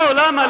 לא, למה?